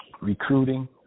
recruiting